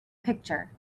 picture